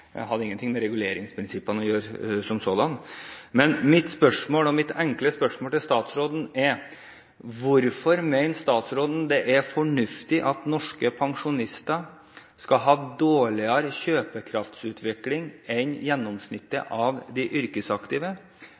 hadde ingenting med reguleringsprinsippene å gjøre som sådan. Men mitt enkle spørsmål til statsråden er: Hvorfor mener statsråden det er fornuftig at norske pensjonister skal ha dårligere kjøpekraftsutvikling enn gjennomsnittet av de yrkesaktive?